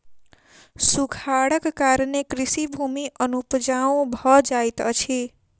सूखाड़क कारणेँ कृषि भूमि अनुपजाऊ भ जाइत अछि